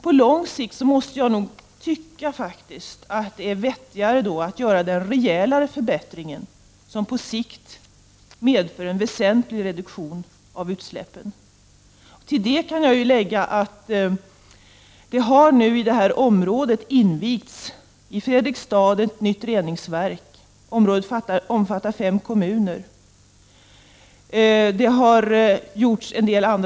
På lång sikt måste jag nog tycka att det är vettigare att göra den rejälare förbättringen som på sikt medför en väsentlig reduktion av utsläppen. Till det kan jag tillägga att det har i detta område, i Fredrikstad, invigts ett nytt reningsverk omfattande fem kommuner. Det har också gjorts en del — Prot.